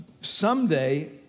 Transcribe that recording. someday